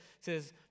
says